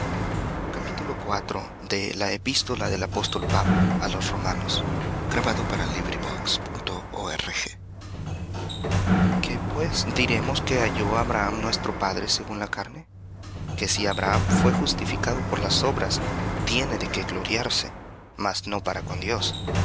qué pues diremos que halló abraham nuestro padre según la carne que si abraham fué justificado por las obras tiene de qué gloriarse mas no para con dios